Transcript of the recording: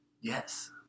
yes